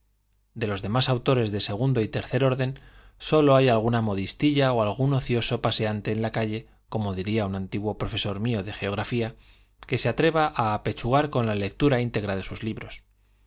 de los demás autores de i segundo y tercer orden sólo hay alguila modistiiia ó algún ocioso paseante en calle como diría un antiguo mío de se atreva á apechugar con profesor geog ratía que la lectura íntegra dé sus libros